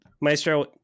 Maestro